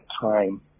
time